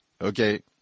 Okay